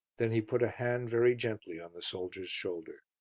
then he put a hand very gently on the soldier's shoulder.